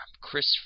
Chris